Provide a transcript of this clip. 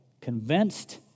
convinced